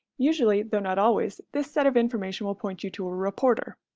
usually, though not always, this set of information will point you to a reporter.